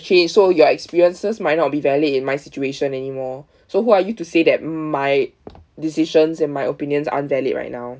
okay so your experiences might not be valid in my situation anymore so who are you to say that my decisions and my opinions aren't valid right now